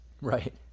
Right